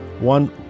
one